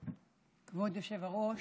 היושב-ראש,